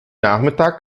nachmittag